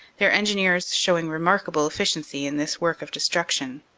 their engineers showing remarkable efficiency in this work of destruction.